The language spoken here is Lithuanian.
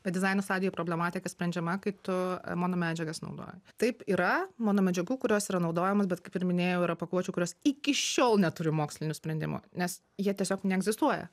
bet dizaino stadijoj problematika sprendžiama kai tu monomedžiagas naudoji taip yra monomedžiagų kurios yra naudojamos bet kaip ir minėjau yra pakuočių kurios iki šiol neturi mokslinių sprendimų nes jie tiesiog neegzistuoja